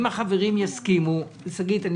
אם